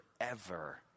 forever